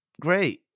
Great